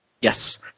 Yes